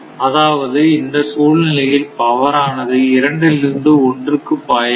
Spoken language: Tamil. அதாவது இந்த சூழ்நிலையில் பவர் ஆனது இரண்டிலிருந்து ஒன்றுக்கு பாய வேண்டும்